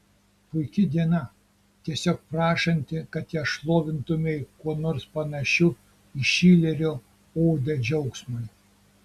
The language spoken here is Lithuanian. puiki diena tiesiog prašanti kad ją šlovintumei kuo nors panašiu į šilerio odę džiaugsmui